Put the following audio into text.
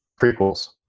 prequels